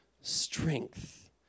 strength